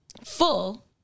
full